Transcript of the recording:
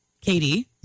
Katie